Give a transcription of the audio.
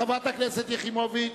חברת הכנסת יחימוביץ?